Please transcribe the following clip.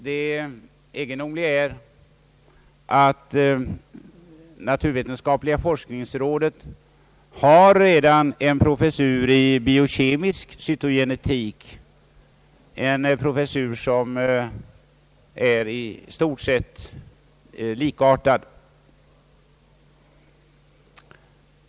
Det egendomliga är att naturvetenskapliga forskningsrådet redan har en professur i biokemisk cytogenetik, en professur som är i stort sett likartad.